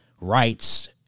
rights